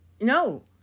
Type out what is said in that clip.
no